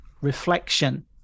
reflection